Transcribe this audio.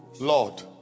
Lord